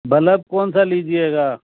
bulb کون سا لیجیے گ